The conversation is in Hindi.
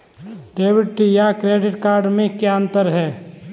डेबिट या क्रेडिट कार्ड में क्या अन्तर है?